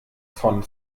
von